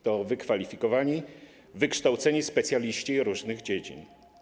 To wykwalifikowani, wykształceni specjaliści różnych dziedzin.